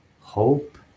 hope